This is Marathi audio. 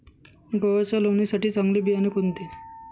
गव्हाच्या लावणीसाठी चांगले बियाणे कोणते?